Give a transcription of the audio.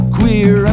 Queer